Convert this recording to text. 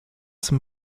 some